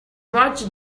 roger